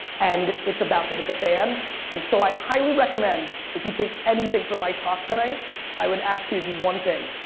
and it's about to hit the fan and so i highly recommend if you take anything for my talk tonight i would ask you to do one thing,